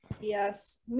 Yes